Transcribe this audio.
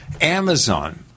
Amazon